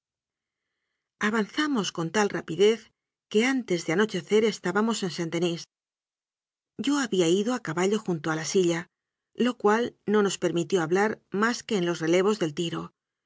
avanzamos con tal rapidez que antes de ano checer estábamos en saint-denis yo había ido a caballo junto a la silla lo cual no nos permitió hablar más que en los relevos del tiro